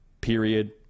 Period